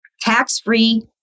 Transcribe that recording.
tax-free